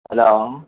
hello